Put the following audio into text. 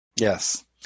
Yes